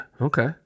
Okay